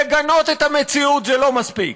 לגנות את המציאות זה לא מספיק,